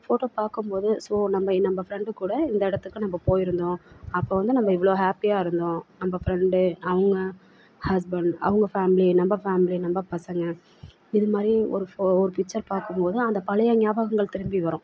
photo பார்க்கும்போது so நம்ம நம்ம ஃப்ரெண்டு கூட இந்த இடத்துக்கு நம்ம போயிருந்தோம் அப்போ வந்து நம்ம இவ்வளோ ஹேப்பியாக இருந்தோம் நம்ம ஃப்ரெண்டு அவங்க ஹஸ்பண்ட் அவங்க ஃபேம்லி நம்ம ஃபேம்லி நம்ம பசங்கள் இது மாதிரி ஒரு ஃபோ ஒரு பிச்சர் பார்க்கும்போது அந்த பழைய ஞாபகங்கள் திரும்பி வரும்